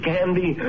Candy